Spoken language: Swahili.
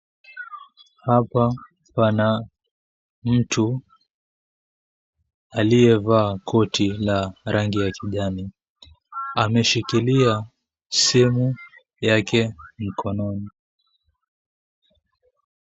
Hapa pana mtu aliyevaa koti la rangi ya kijani. Ameshikilia simu yake mkononi.